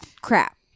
crap